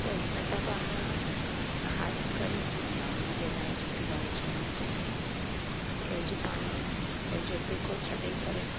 त हिन त पाण ख़ासि करे मां नियाणियुनि जे लाइ जेकी ॻाल्हि चवणु चाहींदमि के अॼु पाण पंहिंजो पेको छॾे करे